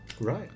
Right